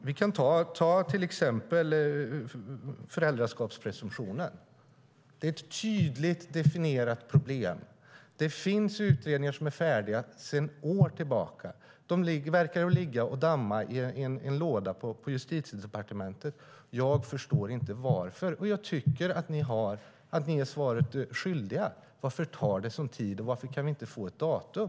Vi kan ta föräldraskapspresumtionen som exempel. Det är ett tydligt definierat problem. Det finns färdiga utredningar sedan år tillbaka. De verkar ligga och damma i en låda på Justitiedepartementet. Jag förstår inte varför. Jag tycker att ni är svaret skyldiga. Varför tar det sådan tid? Varför kan vi inte få ett datum?